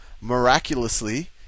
miraculously